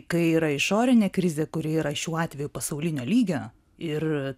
tai yra išorinė krizė kuri yra šiuo atveju pasaulinio lygio ir